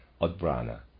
Odbrana